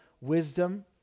wisdom